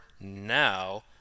now